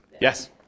Yes